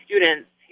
students